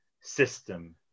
system